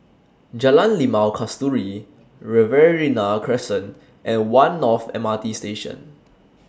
Jalan Limau Kasturi Riverina Crescent and one North M R T Station